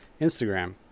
Instagram